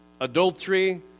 adultery